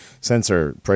sensor